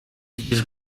widzisz